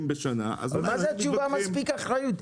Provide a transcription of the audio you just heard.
בשנה --- מה זה התשובה מספיק אחריות?